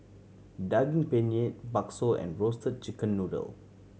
Daging Penyet bakso and Roasted Chicken Noodle